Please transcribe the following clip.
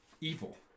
evil